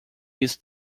his